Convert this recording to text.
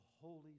Holy